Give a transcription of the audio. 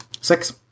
Six